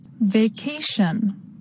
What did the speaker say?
Vacation